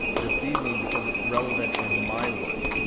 this evening because it's relevant in my work.